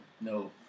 No